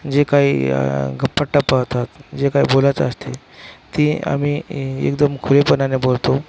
जे काही गप्पाटप्पा होतात जे काही बोलायचं असते ते आम्ही ए एकदम खुलेपणाने बोलतो